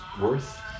worth